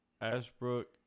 Ashbrook